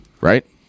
Right